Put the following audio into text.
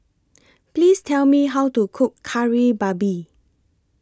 Please Tell Me How to Cook Kari Babi